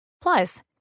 Plus